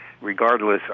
regardless